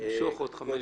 אני אמשוך עוד חמש דקות.